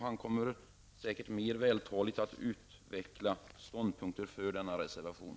Han kommer säkert mer vältaligt att utveckla ståndpunkter för denna reservation.